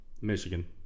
Michigan